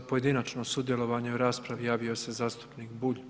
Za pojedinačno sudjelovanje u raspravi javio se zastupnik Bulj.